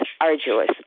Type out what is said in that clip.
arduous